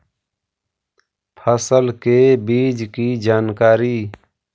फसल के बीज की जानकारी?